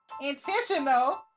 intentional